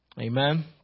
Amen